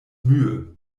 mühe